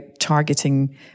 targeting